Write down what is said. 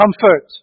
comfort